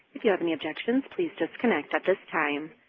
if you have any objections, please disconnect at this time.